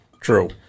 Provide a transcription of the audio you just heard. True